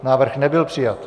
Návrh nebyl přijat.